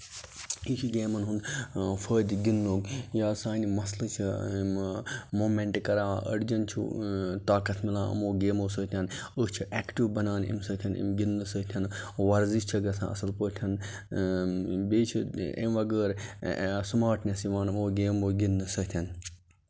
یہِ چھُ گیمَن ہُند فٲیدٕ گِندنُک یا سانہِ مسلہٕ چھِ یِم موٗمینٹ کران أڈجین چھُ طاقت مِلان یِمو گیمَو سۭتۍ أسۍ چھِ ایٚکٹِو بَنان امہِ گِندنہٕ سۭتۍ ورزِش چھےٚ گژھان اَصٕل پٲٹھۍ بیٚیہِ چھِ اَمہِ وَغٲر سٔماٹنٮ۪س یِوان یِمو گیمَو گِندنہٕ سۭتۍ